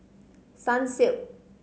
sunsilk